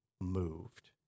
moved